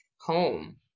home